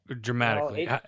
dramatically